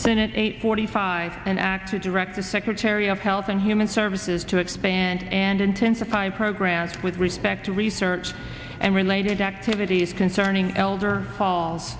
bennett eight forty five and actually direct the secretary of health and human services to expand and intensify programs with respect to research and related activities concerning elder calls